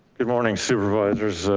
good morning supervisors,